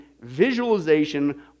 visualization